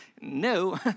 No